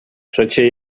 przecie